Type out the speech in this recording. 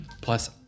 Plus